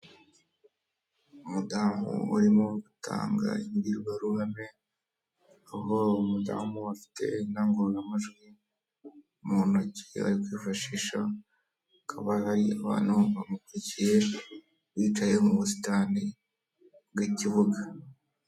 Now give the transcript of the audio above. Umudamu urimo gutanga inbwiruhame aho uwo mudamu afite indangururamajwi mu ntoki yo kwifashisha hakaba hari abantu bamukurikiye bicaye mu busitani bw'ikibuga.